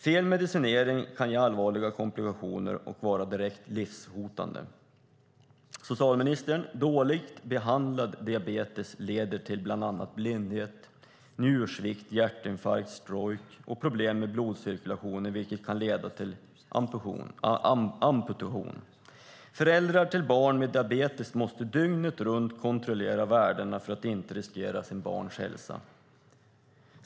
Fel medicinering kan ge allvarliga komplikationer och vara direkt livshotande. Dåligt behandlad diabetes leder bland annat till blindhet, njursvikt, hjärtinfarkt, stroke och problem med blodcirkulationen, vilket kan leda till amputation. Föräldrar till barn med diabetes måste dygnet runt kontrollera värdena för att inte riskera sitt barns hälsa.